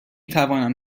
توانم